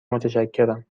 متشکرم